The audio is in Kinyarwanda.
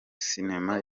sinema